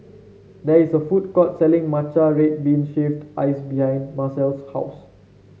there is a food court selling Matcha Red Bean Shaved Ice behind Marcel's house